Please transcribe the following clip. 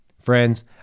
Friends